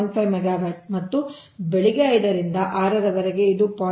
5 megawatt ಮತ್ತು ಬೆಳಿಗ್ಗೆ 5 ರಿಂದ 6 ರವರೆಗೆ ಇದು 0